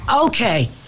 Okay